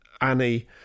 Annie